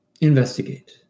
investigate